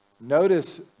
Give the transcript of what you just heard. Notice